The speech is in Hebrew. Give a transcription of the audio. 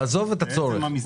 עזוב את הצורך.